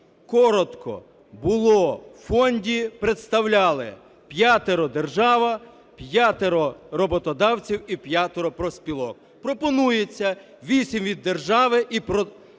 Коротко, було в фонді, представляли: п'ятеро – держава, п'ятеро – роботодавців і п'ятеро – профспілок. Пропонується: вісім – від держави і по